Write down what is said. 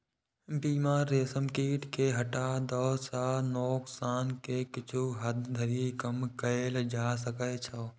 बीमार रेशम कीट कें हटा दै सं नोकसान कें किछु हद धरि कम कैल जा सकै छै